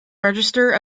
register